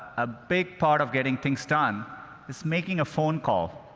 a big part of getting things done is making a phone call.